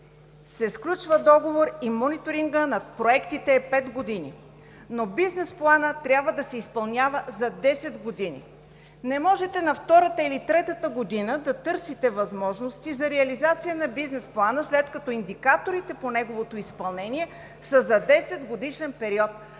сключва договор и мониторингът на проектите е пет години, но бизнес планът трябва да се изпълнява за 10 години. Не можете на втората или на третата година да търсите възможности за реализация на бизнес плана, след като индикаторите по неговото изпълнение са за 10-годишен период.